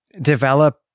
develop